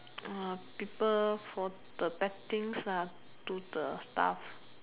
people for the bad things do the stuff